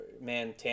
man